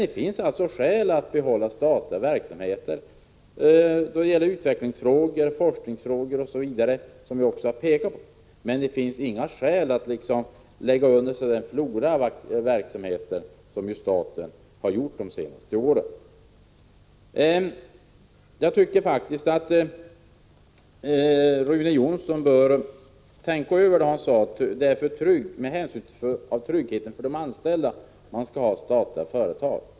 Det finns alltså skäl för att behålla statliga verksamheter ur utvecklingsoch forskningssynpunkter osv., som vi har framhållit. Men det finns inga skäl för staten att lägga under sig en flora av verksamheter, vilket ju staten har gjort under de senaste åren. Jag tycker faktiskt att Rune Jonsson bör tänka över om det är med hänsyn till tryggheten för de anställda som man skall ha statliga företag.